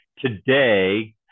Today